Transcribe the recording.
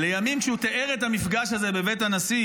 לימים כשהוא תיאר את המפגש בבית הנשיא